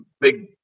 big –